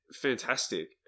Fantastic